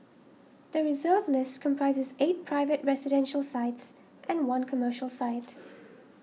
the Reserve List comprises eight private residential sites and one commercial site